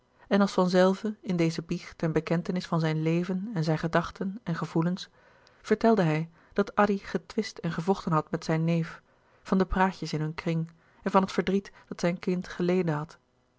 en als van zelve in deze biecht en bekentenis van zijn leven en zijne gedachten en gevoelens vertelde hij dat addy getwist en gevochten had met zijn neef van de praatjes in hun kring en van het verdriet dat zijn kind geleden had